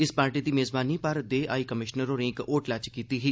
इस पार्टी दी मेज़बानी भारत दे हाई कमिशनर होरें इक होटलै च कीती ही